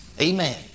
Amen